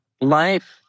Life